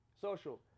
Social